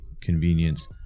convenience